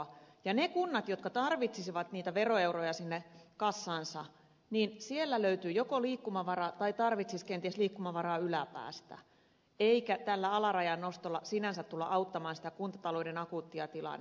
taas niissä kunnissa jotka tarvitsisivat veroeuroja kassaansa löytyisi joko liikkumavaraa tai ne tarvitsisivat kenties liikkumavaraa yläpäästä eikä tällä alarajan nostolla sinänsä tulla auttamaan kuntatalouden akuuttia tilannetta